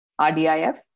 RDIF